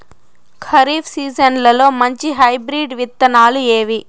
ఖరీఫ్ సీజన్లలో మంచి హైబ్రిడ్ విత్తనాలు ఏవి